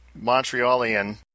Montrealian